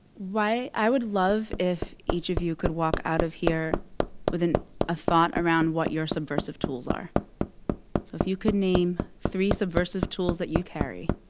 i would love if each of you could walk out of here with and a thought around what your subversive tools are. so if you could name three subversive tools that you carry,